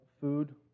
food